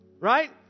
right